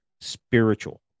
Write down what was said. spiritual